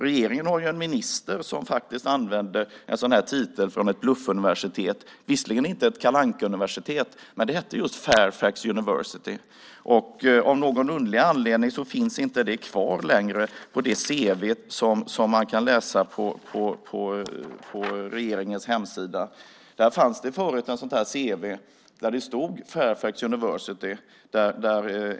Regeringen har ju en minister som faktiskt använder en titel från ett bluffuniversitet, visserligen inte ett Kalle Anka-universitet men det hette just Fairfax University. Av någon underlig anledning finns inte det kvar längre på det cv som man kan läsa på regeringens hemsida. Där fanns det förut ett sådant cv där det stod Fairfax University.